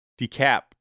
decap